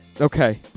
Okay